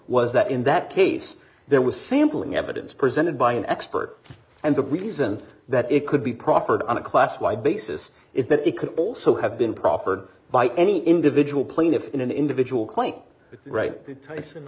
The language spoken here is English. was that in that case there was sampling evidence presented by an expert and the reason that it could be proffered on a class y basis is that it could also have been proffered by any individual plaintiff in an individual quite right